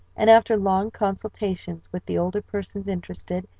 and after long consultation with the older persons interested,